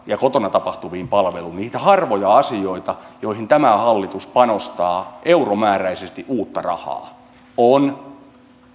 ja kotona tapahtuviin palveluihin niitä harvoja asioita joihin tämä hallitus panostaa euromääräisesti uutta rahaa on